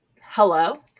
hello